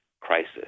crisis